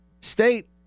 State